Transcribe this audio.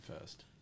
first